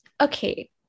okay